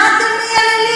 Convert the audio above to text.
מה אתם מייללים,